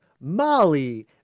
molly